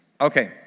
Okay